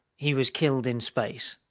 he was killed in space.